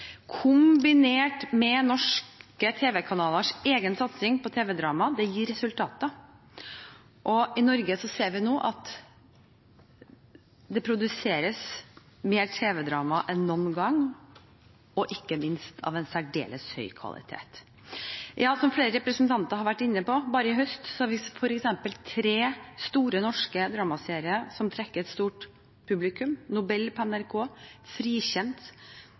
kombinert med norske tv-kanalers egen satsing på tv-drama, gir resultater. I Norge ser vi nå at det produseres mer tv-drama enn noen gang, og ikke minst av en særdeles høy kvalitet. Som flere representanter har vært inne på, har vi f.eks. bare i høst tre store norske dramaserier som trekker et stort publikum: Nobel på NRK, Frikjent